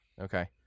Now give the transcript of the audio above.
Okay